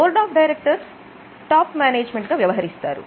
board of directors top management గా వ్యవహరిస్తారు